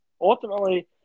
ultimately